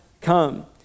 come